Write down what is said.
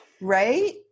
right